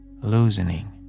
loosening